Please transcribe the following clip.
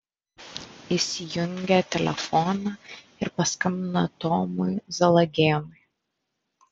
įsijungia telefoną ir paskambina tomui zalagėnui